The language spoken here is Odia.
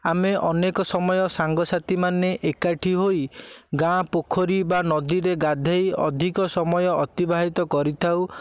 ଆମେ ଅନେକ ସମୟ ସାଙ୍ଗସାଥୀ ମାନେ ଏକାଠି ହୋଇ ଗାଁ ପୋଖରୀ ବା ନଦୀରେ ଗାଧେଇ ଅଧିକ ସମୟ ଅତିବାହିତ କରିଥାଉ